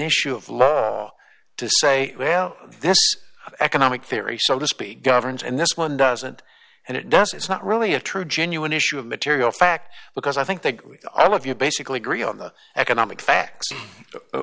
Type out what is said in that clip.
issue of law to say without this economic theory so to speak governs and this one doesn't and it doesn't it's not really a true genuine issue of material fact because i think that all of you basically agree on the economic facts